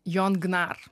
jon gnar